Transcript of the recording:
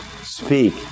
Speak